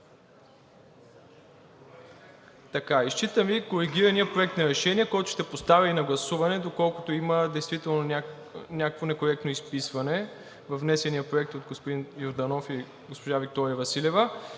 изчета коригирания Проект на решение, който ще поставя и на гласуване, доколкото има действително някакво некоректно изписване във внесения проект от господин Йорданов и госпожа Виктория Василева.